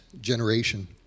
generation